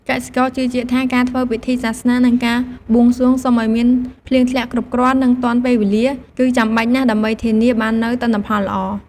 កសិករជឿជាក់ថា ការធ្វើពិធីសាសនា និងការបួងសួងសុំឱ្យមានភ្លៀងធ្លាក់គ្រប់គ្រាន់ និងទាន់ពេលវេលា គឺចាំបាច់ណាស់ដើម្បីធានាបាននូវទិន្នផលល្អ។